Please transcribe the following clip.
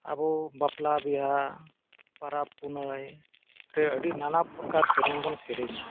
ᱟᱵᱚ ᱵᱟᱯᱞᱟ ᱵᱤᱦᱟᱹ ᱯᱚᱨᱚᱵᱽ ᱯᱩᱱᱟᱹᱭ ᱨᱮ ᱟᱹᱰᱤ ᱱᱟᱱᱟ ᱯᱨᱚᱠᱟᱨ ᱥᱮᱨᱮᱧ ᱵᱚᱱ ᱥᱮᱨᱮᱧᱟ